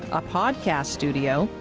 a podcast studio,